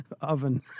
oven